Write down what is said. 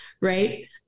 right